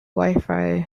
wifi